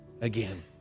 again